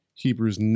Hebrews